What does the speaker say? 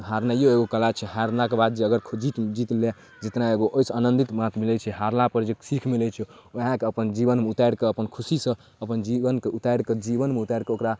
हारनाइओ एगो कला छै हारलाके बाद जे अगर खुद ही जीतलए जितनाइ एगो ओहिसँ आनन्दित मात्र मिलै छै हारलापर जे सीख मिलै छै वएहके अपन जीवनमे उतारिकऽ अपन खुशीसँ अपन जीवनके उतारिकऽ अपन जीवनमे उतारिकऽ ओकरा